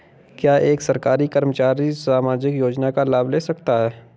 क्या एक सरकारी कर्मचारी सामाजिक योजना का लाभ ले सकता है?